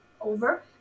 over